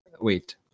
wait